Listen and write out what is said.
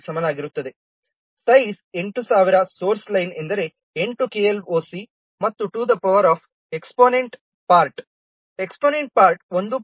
0 ಗೆ ಸಮಾನವಾಗಿರುತ್ತದೆ size 8000 source line ಎಂದರೆ 8 kloc ಮತ್ತು to the power of exponent part exponent part 1